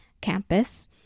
campus